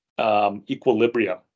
equilibrium